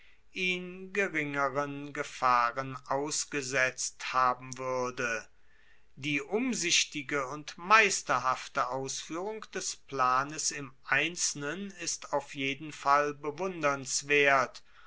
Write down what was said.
geringeren gefahren ausgesetzt haben wuerde die umsichtige und meisterhafte ausfuehrung des planes im einzelnen ist auf jeden fall bewundernswert